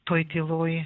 toj tyloj